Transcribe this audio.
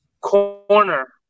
corner